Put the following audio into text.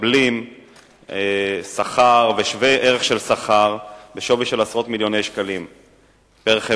מקבלים שכר ושווה-ערך של שכר בשווי של עשרות מיליוני שקלים פר-חברה.